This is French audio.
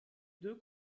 deux